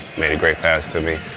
made a great pass to me,